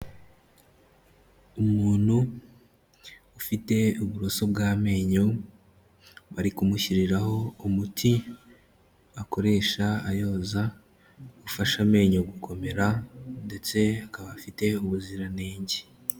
Umuntu ufite uburoso bw'amenyo, bari kumushyiriraho umuti akoresha ayoza ufasha amenyo gukomera ndetse akaba afite ubuziranenge.